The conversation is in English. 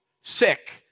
sick